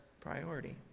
priority